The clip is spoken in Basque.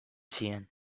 zien